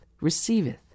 receiveth